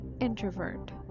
introvert